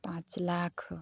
पाँच लाख